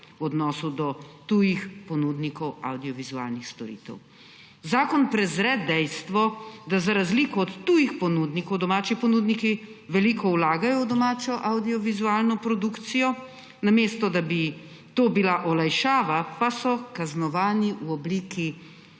v odnosu do tujih ponudnikov avdiovizualnih storitev. Zakon prezre dejstvo, da za razliko od tujih ponudnikov domači ponudniki veliko vlagajo v domačo avdiovizualno produkcijo. Namesto da bi to bila olajšava, pa so kaznovani v obliki